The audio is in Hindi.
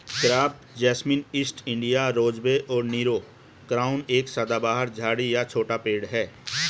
crepe jasmine, East India rosebay और नीरो क्राउन एक सदाबहार झाड़ी या छोटा पेड़ है